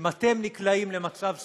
אם אתם נקלעים למצב סיעודי,